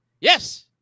Yes